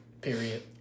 Period